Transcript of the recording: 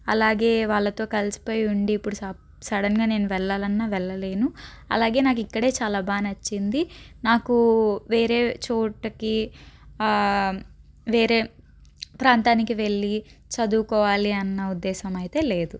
అలాగే వాళ్ళతో కలిసిపోయి ఉండి ఇప్పుడు సడన్గా నేను వెళ్ళాలన్నా వెళ్ళలేను అలాగే నాకు ఇక్కడే చాలా బాగా నచ్చింది నాకూ వేరే చోటికి వేరే ప్రాంతానికి వెళ్ళి చదువుకోవాలి అన్న ఉద్దేశం అయితే లేదు